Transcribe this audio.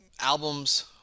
albums